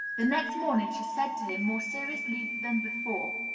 the next morning she said to him, more seriously than before,